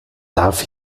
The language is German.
darf